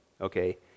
okay